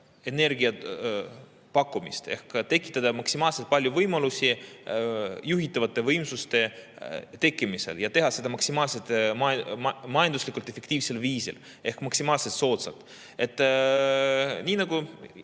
energiapakkumist ehk tekitada maksimaalselt palju võimalusi juhitavate võimsuste tekkimisel ja teha seda majanduslikult maksimaalselt efektiivsel viisil ehk maksimaalselt soodsalt. Nii nagu